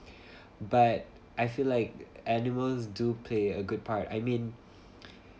but I feel like animals do play a good part I mean